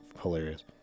hilarious